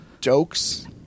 jokes